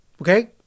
Okay